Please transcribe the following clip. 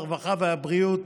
הרווחה והבריאות,